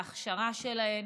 להכשרה שלהן,